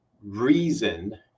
reason